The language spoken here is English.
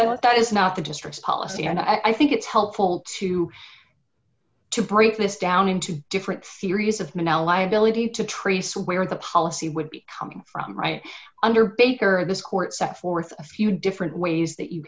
that that is not the district's policy and i think it's helpful to to break this down into different furious of menow liability to trace where the policy would be coming from right under baker of this court set forth a few different ways that you